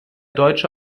deutsche